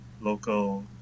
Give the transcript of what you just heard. local